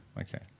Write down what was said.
Okay